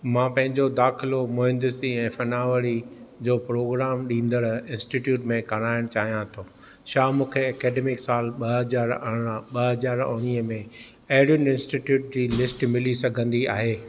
मां पंहिंजो दाख़िलो मुहंदिसी ऐं फ़नआवरी जो प्रोग्राम ॾींदड़ इन्स्टिटयूटु में कराइणु चाहियां थो छा मूंखे ऐकडेमिक साल ॿ हज़ार ॿ हज़ार उणिवीह में अहिड़ियुनि इन्स्टिटयूट जी लिस्टु मिली सघंदी आहे